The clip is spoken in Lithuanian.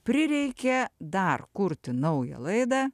prireikė dar kurti naują laidą